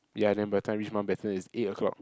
ya then by the time reach Mountbatten it's eight O-clock